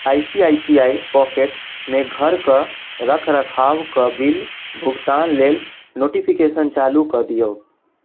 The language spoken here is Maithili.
I C I C I पॉकेट्समे घरके रखरखावके बिल भुगतान लेल नोटिफिकेशन चालू कऽ दिऔ